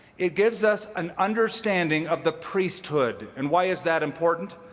it gives us an understanding of the priesthood. and why is that important?